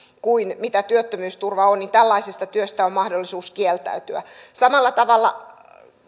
kuin mitä työttömyysturva on niin tällaisesta työstä on mahdollisuus kieltäytyä samalla tavalla